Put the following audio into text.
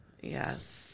Yes